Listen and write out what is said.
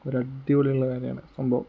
ഒരടിപൊളിയുള്ള കാര്യമാണ് സംഭവം